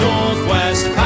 Northwest